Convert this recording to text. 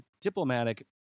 diplomatic